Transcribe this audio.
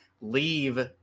leave